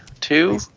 two